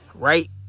Right